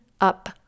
up